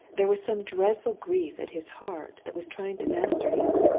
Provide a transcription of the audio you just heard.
there was some dreadful grief at his heart that was trying to master him.